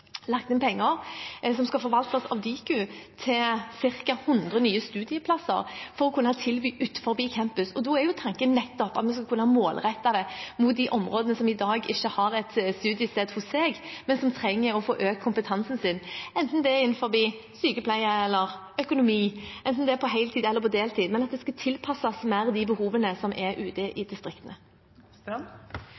lagt inn penger som skal forvaltes av Diku til ca. 100 nye studieplasser som kan tilbys utenfor campus. Da er tanken nettopp at man skal kunne målrette det mot de områdene som i dag ikke har et studiested – hvis en trenger å få økt kompetansen sin, enten det er innenfor sykepleie eller innenfor økonomi, enten det er på heltid eller på deltid – og at det skal tilpasses mer til de behovene som er ute i